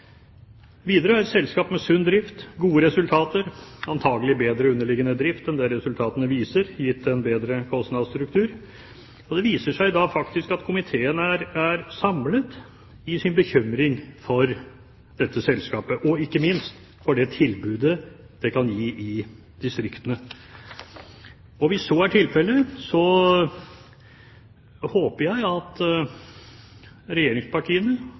Widerøe er et selskap med sunn drift, gode resultater, antakelig bedre underliggende drift enn det resultatene viser, gitt en bedre kostnadsstruktur. Det viser seg da at komiteen her er samlet i sin bekymring for dette selskapet, og ikke minst for det tilbudet det kan gi i distriktene. Hvis så er tilfellet, håper jeg at regjeringspartiene